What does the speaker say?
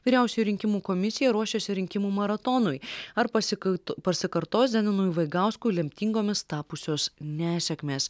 vyriausioji rinkimų komisija ruošiasi rinkimų maratonui ar pasikai pasikartos zenonui vaigauskui lemtingomis tapusios nesėkmės